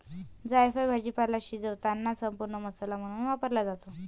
जायफळ भाजीपाला शिजवताना संपूर्ण मसाला म्हणून वापरला जातो